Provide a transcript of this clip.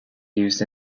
used